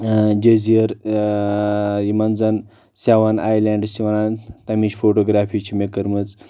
جزیٖرٕ یِمن زن seven islands چھِ ونان تمِچ فوٹوگرافی چھِ مےٚ کٔرمٕژ